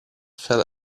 fell